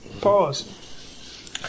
Pause